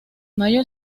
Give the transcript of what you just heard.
mayo